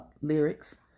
lyrics